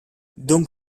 donc